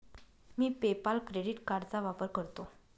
मी PayPal credit कार्डचा वापर करतो